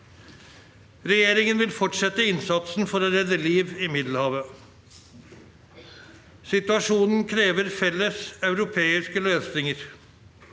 Regjeringen vil fortsette innsatsen for å redde liv i Middelhavet. Situasjonen krever felles europeiske løsninger.